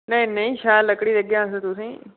नेईं नेईं शैल लक्कड़ी देगे अस तुसेंगी